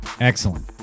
Excellent